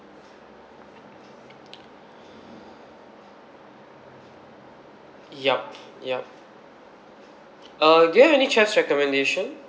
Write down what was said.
ya ya uh do you have any chef's recommendation